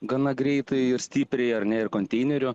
gana greitai ir stipriai ar ne ir konteinerių